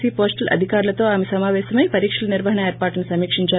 see వోస్టల్ అధికారులతో ఆమె సమాపేశమై పరీక్షల నిర్వహణ ఏర్పాట్లను సమీకించారు